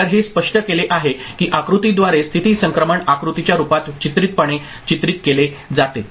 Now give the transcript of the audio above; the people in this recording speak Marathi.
तर हे स्पष्ट केले आहे की आकृतीद्वारे स्थिती संक्रमण आकृतीच्या रूपात चित्रितपणे चित्रित केले जाते